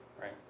right